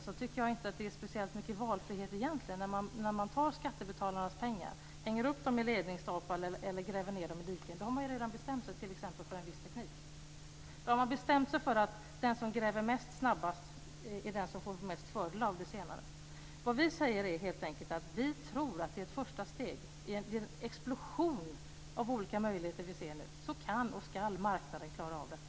Jag tycker inte att det egentligen är så mycket valfrihet när man tar skattebetalarnas pengar för att hänga upp kablar i ledningsstolpar eller gräva ned dem i diken. Då har man ju redan bestämt sig t.ex. för en viss teknik. Då har man bestämt sig för att den som gräver mest och snabbast får mest fördel av det senare. Vad vi säger är helt enkelt att vi tror att detta är ett första steg i en explosion av olika möjligheter som vi nu ser, och då kan och ska marknaden klara av detta.